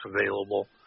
available